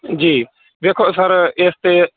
ਜੀ ਵੇਖੋ ਸਰ ਇਸ 'ਤੇ